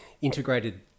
integrated